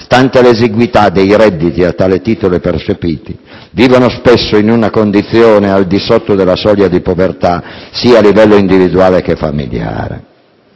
stante l'esiguità dei redditi a tale titolo percepiti, vivono spesso in una condizione al di sotto della soglia di povertà, sia a livello individuale che familiare.